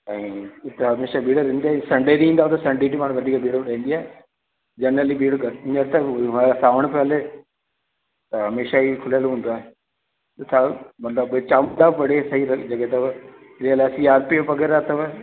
ऐं उते हमेशह भीड़ रहंदी संडे ॾींहुं ईंदा त संडे ॾींहुं पाण वधीक भीड़ रहंदी आहे जनरली भीड़ घटि थींदी आहे त सावण पियो हले त हमेशह ई इहो खुलियल हूंदो आहे हुतां मतिलब हितां ॿ बुड़ी सई लग जॻह ते जीअं आर सी वगै़रह अथव